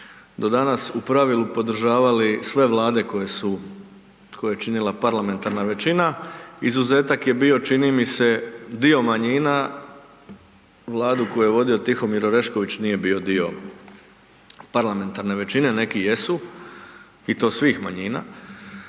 do danas u pravilu podržavali sve Vlade koje su, koje je činila parlamentarna većina. Izuzetak je bio, čini mi se, dio manjina, Vladu koju je vodio Tihomir Orešković, nije bio dio parlamentarne većine, neki jesu i to svih manjina,